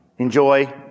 Enjoy